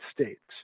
States